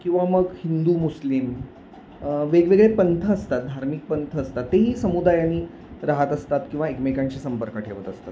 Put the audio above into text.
किंवा मग हिंदू मुस्लिम वेगवेगळे पंथ असतात धार्मिक पंथ असतात ते ही समुदायानी राहत असतात किंवा एकमेकांशी संपर्क ठेवत असतात